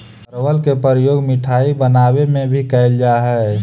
परवल के प्रयोग मिठाई बनावे में भी कैल जा हइ